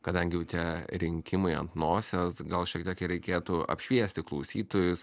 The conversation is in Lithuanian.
kadangi jau tie rinkimai ant nosies gal šiek tiek reikėtų apšviesti klausytojus